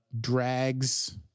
drags